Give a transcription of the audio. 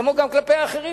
כמו גם כלפי האחרים,